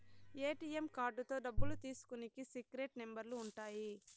ATM కార్డుతో డబ్బులు తీసుకునికి సీక్రెట్ నెంబర్లు ఉంటాయి